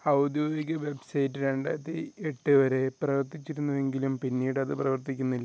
ഔദ്യോഗിക വെബ്സൈറ്റ് രണ്ടായിരത്തി എട്ട് വരെ പ്രവർത്തിച്ചിരുന്നുവെങ്കിലും പിന്നീടത് പ്രവർത്തിക്കുന്നില്ല